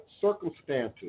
circumstances